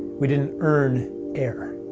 we didn't earn air.